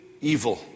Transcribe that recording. evil